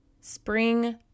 Spring